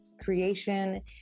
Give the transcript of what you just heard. creation